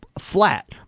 flat